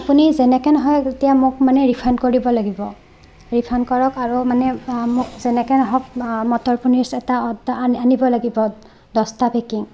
আপুনি যেনেকৈ নহওক এতিয়া মোক মানে ৰিফাণ্ড কৰিব লাগিব ৰিফাণ্ড কৰক আৰু মানে মোক যেনেকৈ নহওক মটৰ পনীৰ্ছ এটা অৰ্ডা আনি আনিব লাগিব দহটা পেকিং